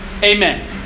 Amen